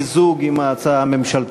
וגם כנראה לצורך מיזוג עם ההצעה הממשלתית.